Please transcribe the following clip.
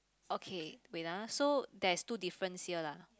okay wait ah so there's two difference here lah